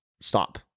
stop